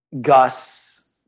Gus